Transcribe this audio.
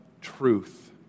truth